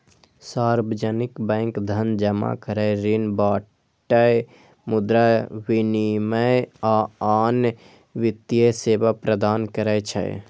सार्वजनिक बैंक धन जमा करै, ऋण बांटय, मुद्रा विनिमय, आ आन वित्तीय सेवा प्रदान करै छै